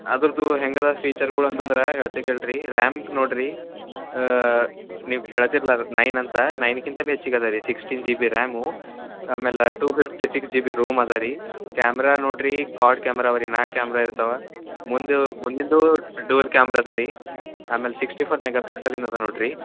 ಅದ್ರದ್ದು ಹೆಂಗೆ ಅದು ಫೀಚರ್ಗಳು ಅಂತಂದ್ರ ಹೇಳ್ತಿ ಕೇಳಿ ರೀ ರ್ಯಾಮ್ ನೋಡ್ರಿ ನೀವು ಕೇಳತಿರಲ್ಲ ಅದ್ಕ ನೈನ್ ಅಂತ ನೈನ್ಕ್ಕಿಂತ ಅದು ಹೆಚ್ಚಿಗೆ ಅದು ರೀ ಸಿಕ್ಸ್ಟೀನ್ ಜಿ ಬಿ ರ್ಯಾಮು ಆಮೇಲೆ two fifty six G B ROM ಅದ ರೀ ಕ್ಯಾಮ್ರಾ ನೋಡ್ರಿ ಕ್ವಾಡ್ ಕ್ಯಾಮರ ಬರಿ ನಾಲ್ಕು ಕ್ಯಾಮ್ರ ಇರ್ತಾವ ಮುಂದೆ ಮುಂದಿಂದೂ ಡುವೆಲ್ ಕ್ಯಾಮ್ರ ಅದ ರೀ ಆಮೇಲೆ ಸಿಕ್ಸ್ಟಿ ಫೋರ್ ಮೆಗ ಫಿಕ್ಸೆಲ್ ಇನ್ನ ಅದ ನೋಡ್ರಿ